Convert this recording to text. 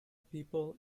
people